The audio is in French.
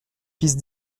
fils